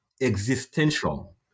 existential